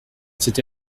c’est